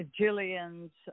Jillian's